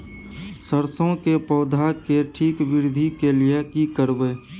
सरसो के पौधा के ठीक वृद्धि के लिये की करबै?